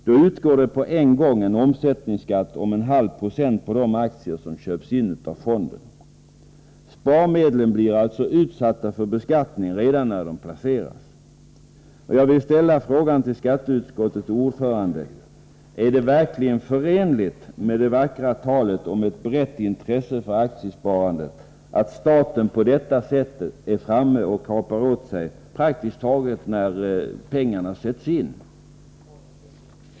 Då utgår på en gång en omsättningsskatt på 0,5 20 på de aktier som fonderna köper. Sparmedlen blir alltså utsatta för beskattning redan när de placeras. Jag vill ställa frågan till skatteutskottets ordförande: Är det verkligen förenligt med det vackra talet om ett brett intresse för aktiesparandet att staten på detta sätt är framme och kapar åt sig en skatt praktiskt taget omedelbart när pengarna sätts in?